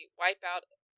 wipeout